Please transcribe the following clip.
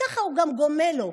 וככה הוא גם גומל לו.